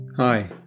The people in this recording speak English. Hi